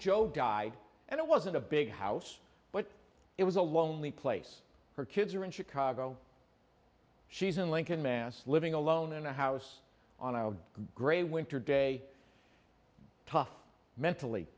joe died and it wasn't a big house but it was a lonely place her kids are in chicago she's in lincoln mass living alone in a house on a gray winter day tough mentally